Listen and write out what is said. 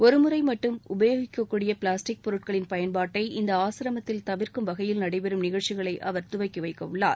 ஒருமுறை மட்டும் உபயோகிக்கக்கூடிய பிளாஸ்டிக் பொருட்களின் பயன்பாட்டை இந்த ஆசிரமத்தில் தவிர்க்கும் வகையில் நடைபெறும் நிகழ்ச்சிகளை அவர் துவக்கி வைக்கவுள்ளார்